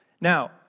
Now